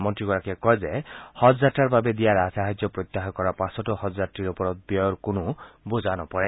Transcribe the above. মন্ত্ৰীগৰাকীয়ে কয় যে হজযাত্ৰাৰ বাবে দিয়া ৰাজসাহাৰ্য প্ৰত্যাহাৰ কৰাৰ পাছতো হজযাত্ৰীৰ ওপৰত ব্যয়ৰ কোনো বোজা নপৰে